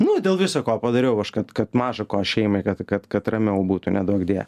nu dėl visa ko padariau aš kad kad maža ko šeimai kad kad kad ramiau būtų neduokdie